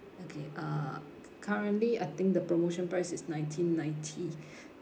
okay uh cu~ currently I think the promotion price is nineteen ninety